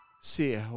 See